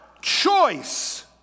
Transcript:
choice